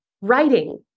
writing